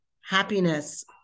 happiness